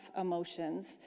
emotions